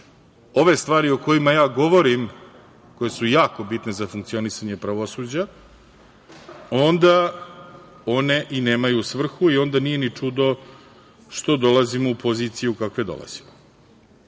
ove stvari o kojima ja govorim i koje su jako bitne za funkcionisanje pravosuđa, onda one i nemaju svrhu i onda nije ni čudo što dolazimo u poziciju kakvu dolazimo. Postavlja